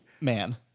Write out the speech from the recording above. man